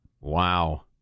Wow